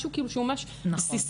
משהו שהוא נורא בסיסי,